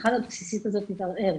ההנחה הבסיסית הזאת מתערערת.